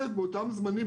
באותם זמנים,